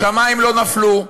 השמים לא נפלו,